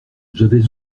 j’avais